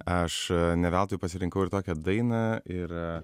aš ne veltui pasirinkau ir tokią dainą ir